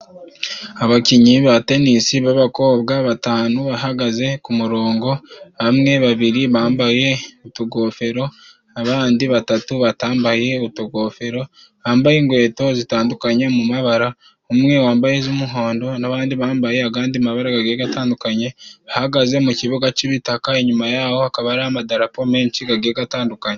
Abakinnyi ba tenisi b'abakobwa batanu bahagaze ku murongo， bamwe babiri bambaye utugofero，abandi batatu batambaye utugofero， bambaye inkweto zitandukanye mu mabara，umwe wambaye iz'umuhondo n'abandi bambaye agandi mabara gagiye gatandukanye，ahagaze mu kibuga cy'ibitaka， inyuma yaho hakaba hari amadarapo menshi gagiye gatandukanye.